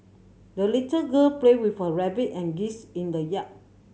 the little girl played with her rabbit and geese in the yard